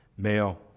male